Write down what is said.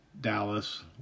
Dallas